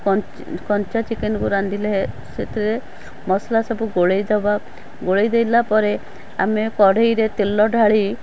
କଞ୍ଚ କଞ୍ଚା ଚିକେନ୍କୁ ରାନ୍ଧିଲେ ସେଥିରେ ମସଲା ସବୁ ଗୋଳେଇ ଦବା ଗୋଳେଇଦେଲା ପରେ ଆମେ କଢ଼େଇରେ ତେଲ ଢାଳି